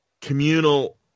communal